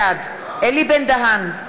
בעד אלי בן-דהן,